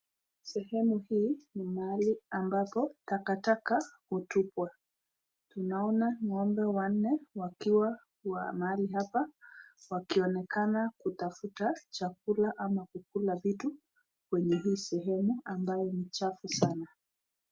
Sehemu hii ni mahali ambapo takataka hutupwa. Naona ng'ombe wanne wakiwa mahali hapa wakionekana kutafuta chakula ama wakikula kitu kwenye hii sehemu ambayo ni chafu sana.